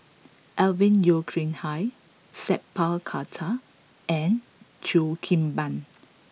Alvin Yeo Khirn Hai Sat Pal Khattar and Cheo Kim Ban